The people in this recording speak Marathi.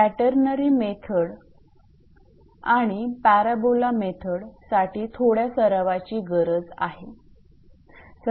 कॅटेनरी मेथड आणि पॅराबोला मेथड साठी थोड्या सरावाची गरज आहे